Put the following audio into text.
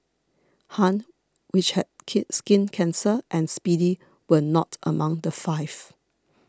Han which had kid skin cancer and Speedy were not among the five